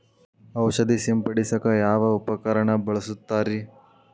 ಔಷಧಿ ಸಿಂಪಡಿಸಕ ಯಾವ ಉಪಕರಣ ಬಳಸುತ್ತಾರಿ?